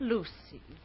Lucy